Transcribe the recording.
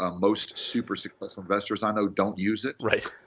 ah most super-successful investors i know don't use it. right.